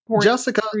Jessica